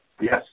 Yes